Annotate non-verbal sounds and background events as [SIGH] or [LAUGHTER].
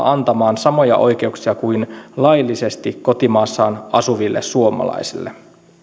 [UNINTELLIGIBLE] antamaan samoja oikeuksia kuin laillisesti kotimaassaan asuville suomalaisille